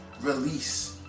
release